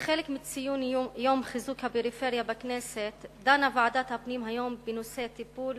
כחלק מציון יום חיזוק הפריפריה בכנסת דנה ועדת הפנים היום בנושא הטיפול